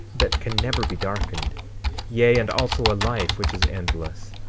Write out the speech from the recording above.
that can never be darkened yea, and also a life which is endless,